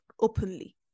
openly